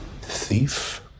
Thief